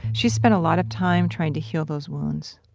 she's spent a lot of time trying to heal those wounds.